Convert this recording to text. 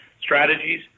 strategies